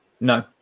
No